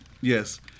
yes